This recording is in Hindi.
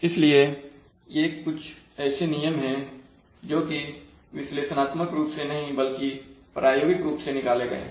इसलिए कुछ ऐसे नियम है जोकि विश्लेषणात्मक रूप से नहीं बल्कि प्रायोगिक रूप से निकाले गए हैं